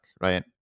right